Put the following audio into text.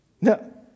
No